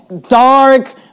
dark